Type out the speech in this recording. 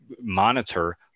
monitor